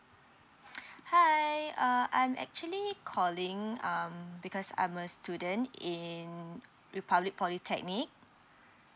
hi uh I'm actually calling um because I'm a student in republic polytechnic